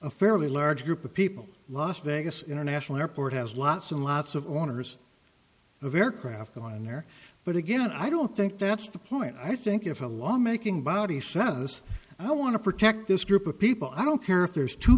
a fairly large group of people last vegas international airport has lots and lots of owners of aircraft going there but again i don't think that's the point i think if a law making body says i want to protect this group of people i don't care if there's two